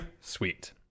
sweet